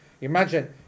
Imagine